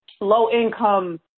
low-income